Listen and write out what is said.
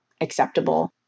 acceptable